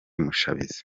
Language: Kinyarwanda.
mushabizi